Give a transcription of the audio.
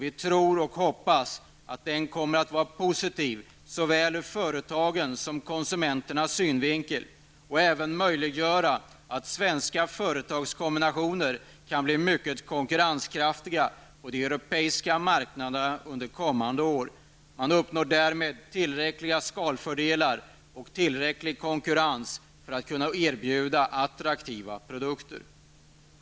Vi tror och hoppas att den kommer att bli positiv ur såväl företagens som konsumenternas synvinkel och även möjliggöra att svenska företagskombinationer blir mycket konkurrenskraftiga på de europeiska marknaderna under kommande år. Man uppnår därmed tillräckliga skalfördelar och tillräcklig konkurrens för att kunna erbjuda attraktiva produkter.